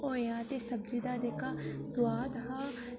होइयै ते सब्जी दा जेह्का सुआद हा